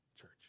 church